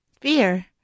Fear